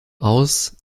aus